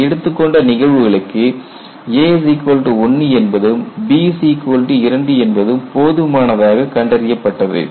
அவர் எடுத்துக்கொண்ட நிகழ்வுகளுக்கு a1 என்பதும் b2 என்பதும் போதுமானதாக கண்டறியப்பட்டது